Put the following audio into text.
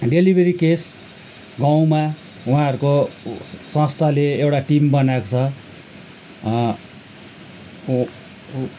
delivery case गाउँमा उहाँहरूको संस्थाले एउटा टिम बनाएको छ